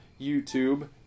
YouTube